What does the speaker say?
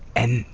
and